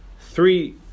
three